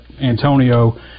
Antonio